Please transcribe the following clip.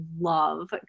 love